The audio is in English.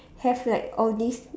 have like all these